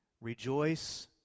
Rejoice